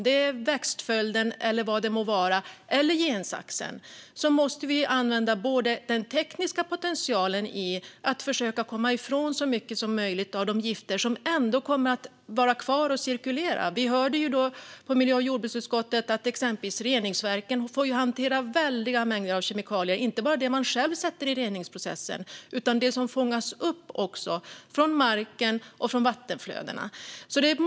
Det kan gälla växtföljden, gensaxen eller vad det nu må vara. Vi måste använda den tekniska potentialen och försöka komma ifrån så mycket som möjligt av de gifter som ändå kommer att vara kvar och cirkulera. Vi hörde ju exempelvis i miljö och jordbruksutskottet att reningsverken får hantera väldiga mängder kemikalier, inte bara det man själv sätter i reningsprocessen utan också det som fångas upp från marken och från vattenflödena.